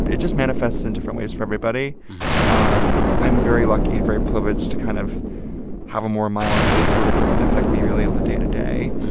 it just manifests in different ways for everybody i'm very lucky and very privileged to kind of have a more mild case where it doesn't affect me really on the day to day.